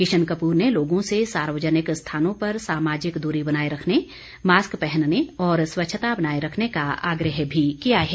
किशन कपूर ने लोगों से सार्वजनिक स्थानों पर सामाजिक दूरी बनाए रखने मास्क पहनने और स्वच्छता बनाए रखने का आग्रह भी किया है